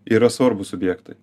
yra svarbūs subjektai